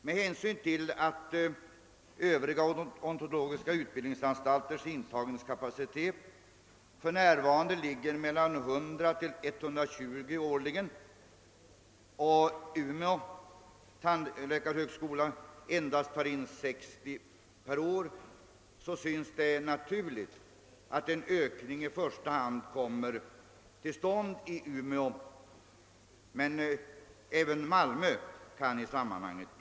Med hänsyn till att övriga odontologiska utbildningsanstalters intagningskapacitet för närvarande ligger mellan 100 och 120 årligen och tandläkarhögskolan i Umeå endast tar in 60 per år synes det naturligt att en ökning i första hand kommer till stånd i Umeå, men även Malmö kan diskuteras i sammanhanget.